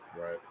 right